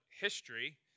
history